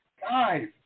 guys